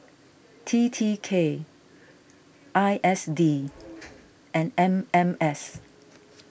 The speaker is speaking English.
T T K I S D and M M S